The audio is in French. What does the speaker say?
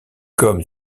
comme